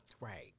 right